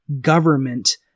government